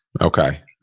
Okay